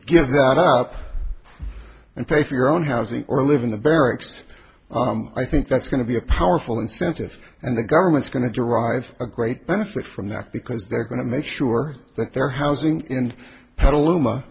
give that up and pay for your own housing or live in the barracks i think that's going to be a powerful incentive and the government's going to derive a great benefit from that because they're going to make sure that their housing in petaluma